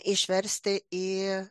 išversti į